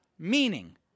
Meaning